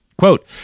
Quote